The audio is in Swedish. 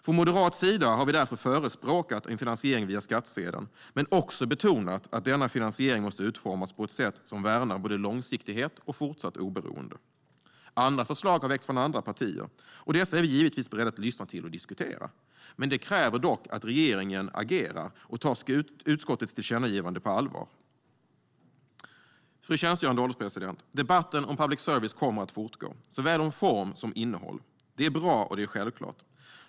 Från moderat sida har vi därför förespråkat en finansiering via skattsedeln men också betonat att denna finansiering måste utformas på ett sätt som värnar både långsiktighet och fortsatt oberoende. Andra förslag har väckts från andra partier. Dessa är vi givetvis beredda att lyssna till och diskutera. Det kräver dock att regeringen agerar och tar utskottets tillkännagivande på allvar. Fru ålderspresident! Debatten om public service kommer att fortgå, såväl om form som om innehåll. Det är bra och självklart.